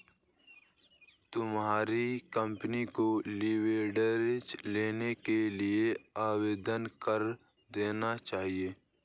तुम्हारी कंपनी को leveraged loan के लिए आवेदन कर देना चाहिए